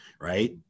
right